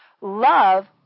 Love